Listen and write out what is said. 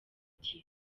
dieu